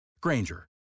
Granger